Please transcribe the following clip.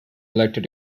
elected